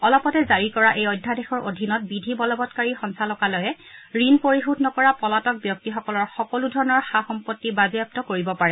অলপতে জাৰি কৰা এই অধ্যাদেশৰ অধীনত বিধি বলবৎকাৰী সঞ্চালকালয়ে ঋণ পৰিশোধ নকৰা পলাতক ব্যক্তিসকলৰ সকলো ধৰণৰ সা সম্পত্তি বাজেয়াপ্ত কৰিব পাৰে